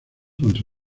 contra